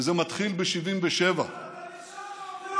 וזה התחיל ב-77' אבל אתה נכשלת בבחירות.